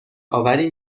آوری